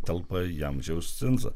telpa į amžiaus cenzą